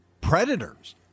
predators